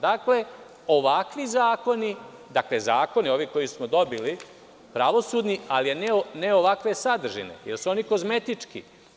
Dakle, ovakvi zakoni, zakone koje smo dobili pravosudni, ali ne ovakve sadržine jer su oni kozmetički.